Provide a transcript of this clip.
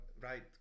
right